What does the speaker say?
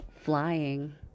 flying